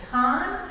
time